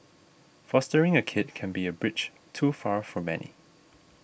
fostering a kid can be a bridge too far for many